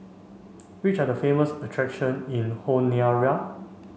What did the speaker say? which are the famous attraction in Honiara